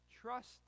trust